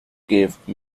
gave